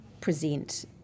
present